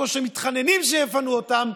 כמו שהם מתחננים שיפנו אותם,